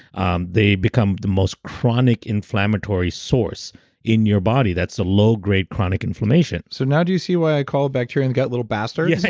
um they become the most chronic inflammatory source in your body. that's a low grade chronic inflammation so now do you see why i call it bacteria in the gut little bastards? yeah